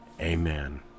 Amen